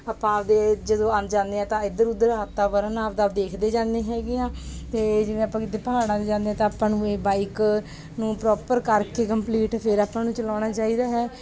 ਆਪਾਂ ਆਪਦੇ ਜਦੋਂ ਆਣ ਜਾਂਦੇ ਹਾਂ ਤਾਂ ਇੱਧਰ ਉੱਧਰ ਵਾਤਾਵਰਨ ਆਪਦਾ ਦੇਖਦੇ ਜਾਂਦੇ ਹੈਗੇ ਹਾਂ ਅਤੇ ਜਿਵੇਂ ਆਪਾਂ ਕਿਤੇ ਪਹਾੜਾ 'ਤੇ ਜਾਂਦੇ ਹਾਂ ਤਾਂ ਆਪਾਂ ਨੂੰ ਇਹ ਨੂੰ ਬਾਈਕ ਨੂੰ ਪ੍ਰੋਪਰ ਕਰਕੇ ਕੰਪਲੀਟ ਫਿਰ ਆਪਾਂ ਨੂੰ ਚਲਾਉਣਾ ਚਾਹੀਦਾ ਹੈ